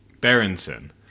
Berenson